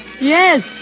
Yes